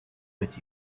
with